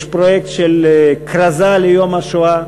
יש פרויקט של כרזה ליום השואה,